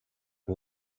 who